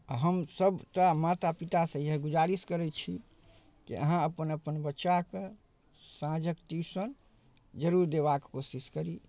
हम सभटा माता पितासँ इएह गुजारिश करै छी जे अहाँ अपन अपन बच्चाके साँझक ट्यूशन जरूर देबाक कोशिश करी